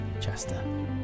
Chester